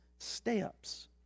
Steps